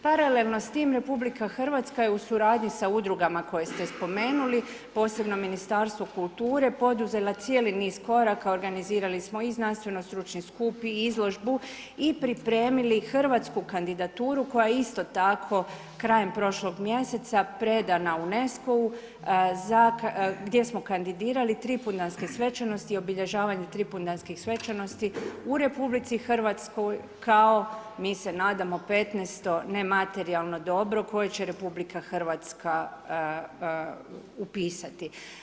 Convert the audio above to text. Paralelno s tim RH je u suradnji sa udrugama koje ste spomenuli, posebno Ministarstvo kulture poduzela cijeli niz koraka, organizirali smo i znanstveno stručni skup i izložbu i pripremili hrvatsku kandidaturu koja je isto tako krajem prošlom mjeseca predana UNSECO-u, gdje smo kandidirali Tripundanske svečanosti i obilježavanje Tripundanskih svečanosti u RH, kao mi se nadamo 15 nematerijalno dobro, koje će RH upisati.